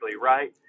right